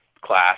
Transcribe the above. class